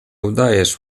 udajesz